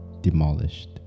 demolished